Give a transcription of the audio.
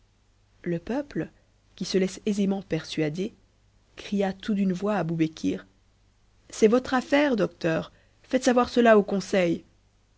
le peuple qui se laisse aisément persuader cria tout d'une voix à bouhekir c'est votre affaire docteur faites savoir ceta au conseil